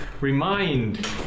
remind